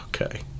Okay